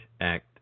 act